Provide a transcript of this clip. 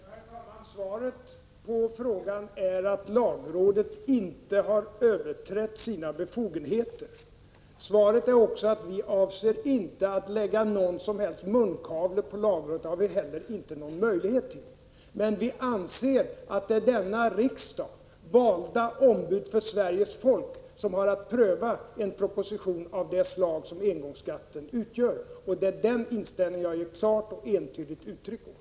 Herr talman! Svaret på frågan är att lagrådet inte har överträtt sina befogenheter. Svaret är också att vi inte avser att lägga någon som helst munkavle på lagrådet — det har vi heller inte någon möjlighet till. Men vi anser att det är denna riksdag, valda ombud för Sveriges folk, som har att pröva en proposition av det slag som förslaget om engångsskatten utgör. Det är den inställningen jag har gett klart och entydigt uttryck åt.